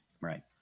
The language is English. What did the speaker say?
right